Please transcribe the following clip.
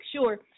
sure